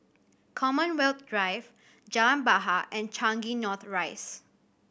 Commonwealth Drive Jalan Bahar and Changi North Rise